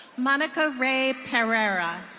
monica ray pairera.